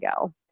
go